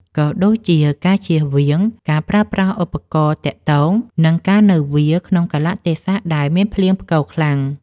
ក៏ដូចជាការជៀសវាងការប្រើប្រាស់ឧបករណ៍ទាក់ទង និងការនៅវាលក្នុងកាលៈទេសៈដែលមានភ្លៀងផ្គរខ្លាំង។